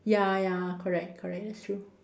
ya ya correct correct that's true